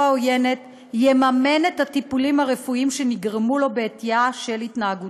העוינת יממן את הטיפולים הרפואיים שנגרמו לו בעטייה של התנהגותו.